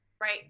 Right